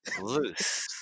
Loose